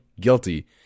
GUILTY